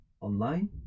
online